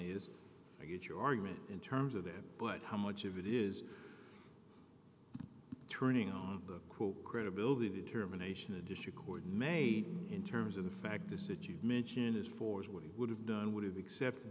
is i get your argument in terms of that but how much of it is turning on the quote credibility determination a district court made in terms of the fact this it you mentioned is for is what he would have done would have accepted